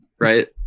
right